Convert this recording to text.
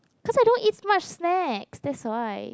cause I don't eat much snack that's why